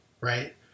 right